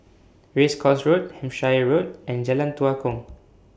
Race Course Road Hampshire Road and Jalan Tua Kong